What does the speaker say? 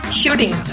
shooting